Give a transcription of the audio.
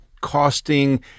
costing